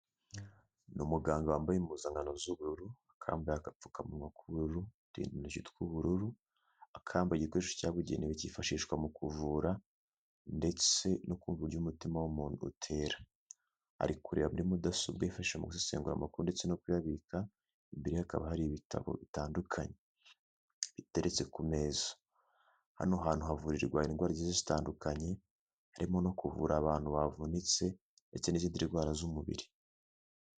Ni umuganga wambaye impuzankano z'ubururu, akaba yambaye agapfukamunwa k'ubururu uturindantoki tw'ubururu, akaba yambaye igikoresho cyabugenewe cyifashishwa mu kuvura ndetse no ku buryo umutima w'umuntu utera, ari kureba muri mudasobwa yifashishwa mu gusesengura amakuru ndetse no kuyabika, imbere ye hakaba hari ibitabo bitandukanye biteretse ku meza, hano hantu havurirwa indwara zitandukanye harimo no kuvura abantu bavunitse ndetse n'izindi ndwara z'umubiri.